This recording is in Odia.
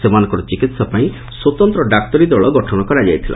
ସେମାନଙ୍କର ଚିକିହା ପାଇଁ ସ୍ୱତନ୍ତ୍ ଡାକ୍ତରୀ ଦଳ ଗଠନ କରାଯାଇଥିଲା